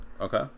Okay